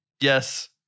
Yes